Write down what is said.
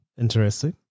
Interesting